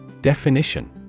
Definition